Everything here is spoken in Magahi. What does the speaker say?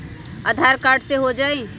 आधार कार्ड से हो जाइ?